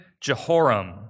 Jehoram